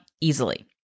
easily